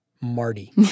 Marty